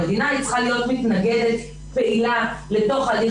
המדינה צריכה להיות מתנגדת פעילה לתוך הליך